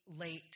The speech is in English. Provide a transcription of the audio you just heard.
late